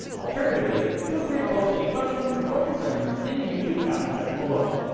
alternatively, feel free to post any questions or concerns in the youtube comments section below.